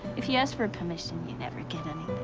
if you ask for permission, you never get it,